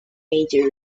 major